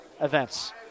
events